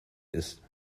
ist